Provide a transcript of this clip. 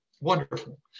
wonderful